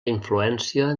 influència